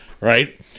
right